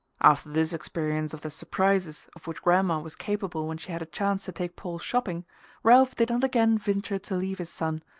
after this experience of the surprises of which gran'ma was capable when she had a chance to take paul shopping ralph did not again venture to leave his son,